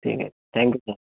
ठीक आहे thank you sir